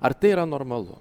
ar tai yra normalu